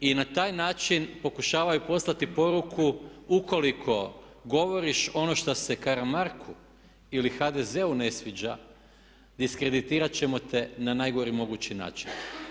I na taj način pokušavaju poslati poruku ukoliko govoriš ono što se Karamarku ili HDZ-u ne sviđa diskreditirati ćemo te na najgori mogući način.